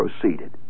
proceeded